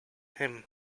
him